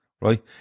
right